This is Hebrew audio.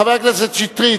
חבר הכנסת שטרית,